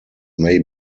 may